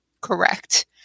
correct